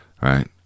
right